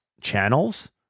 channels